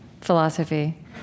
philosophy